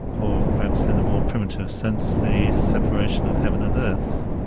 or perhaps in a more primitive sense, the separation of heaven and earth.